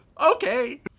okay